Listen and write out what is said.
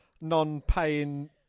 non-paying